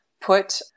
put